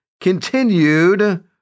continued